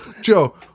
Joe